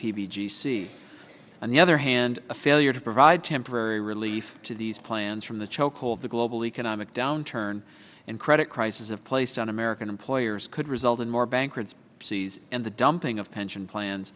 and the other hand a failure to provide temporary relief to these plans from the chokehold the global economic downturn and credit crisis have placed on american employers could result in more bankruptcy season and the dumping of pension plans